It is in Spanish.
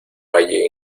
valle